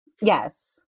Yes